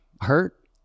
hurt